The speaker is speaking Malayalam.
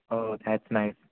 oh that's nice